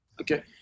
okay